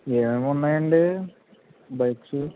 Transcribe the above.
ఏమి ఉన్నాయండి బైక్సు